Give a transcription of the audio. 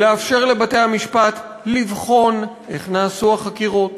לאפשר לבתי-המשפט לבחון איך נעשו החקירות.